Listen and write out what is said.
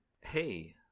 Hey